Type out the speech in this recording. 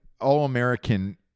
all-American